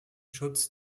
schutz